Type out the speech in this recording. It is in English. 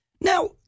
Now